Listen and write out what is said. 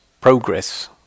progress